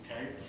Okay